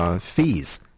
fees